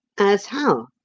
as how?